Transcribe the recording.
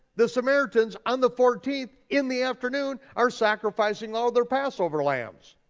the samaritans on the fourteenth in the afternoon are sacrificing all their passover lambs.